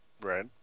Right